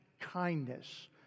kindness